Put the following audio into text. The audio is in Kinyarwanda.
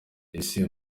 ese